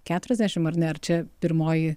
keturiasdešim ar ne ar čia pirmoji